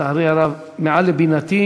לצערי הרב, זה מעל לבינתי.